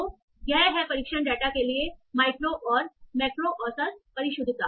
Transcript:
तो यह है इस परीक्षण डेटा के लिए माइक्रो और मैक्रो औसत परिशुद्धता